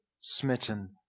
smitten